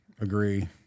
Agree